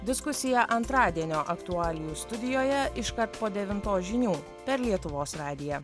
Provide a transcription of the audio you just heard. diskusija antradienio aktualijų studijoje iškart po devintos žinių per lietuvos radiją